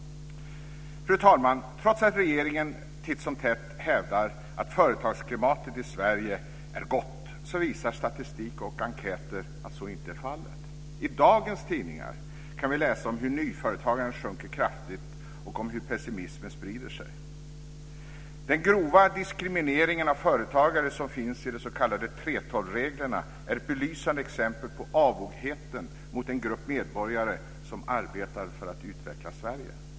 Fru talman! Trots att regeringen titt som tätt hävdar att företagsklimatet i Sverige är gott visar statistik och enkäter att så inte är fallet. I dagens tidningar kan vi läsa om hur nyföretagandet sjunker kraftigt och om hur pessimismen sprider sig. Den grova diskrimineringen av företagare som finns i de s.k. 3:12-reglerna är ett belysande exempel på avogheten mot den grupp medborgare som arbetar för att utveckla Sverige.